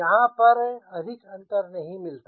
यहाँ पर अधिक अंतर नहीं मिलता